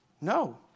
No